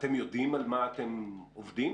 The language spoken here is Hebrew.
אתם יודעים על מה אתם עובדים